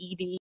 ED